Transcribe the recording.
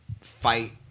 fight